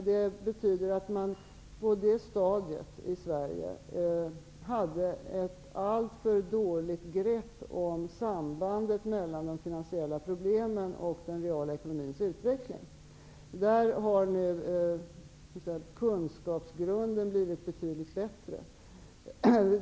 Jag menar att man på det stadiet i Sverige hade ett alltför dåligt grepp om sambandet mellan de finansiella problemen och den reala ekonomins utveckling. På det området har nu kunskapsgrunden blivit betydligt bättre.